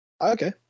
Okay